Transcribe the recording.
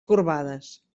corbades